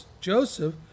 Joseph